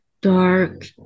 dark